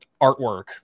artwork